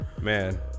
man